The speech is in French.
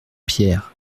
pierre